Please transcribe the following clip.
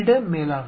இட மேலாண்மை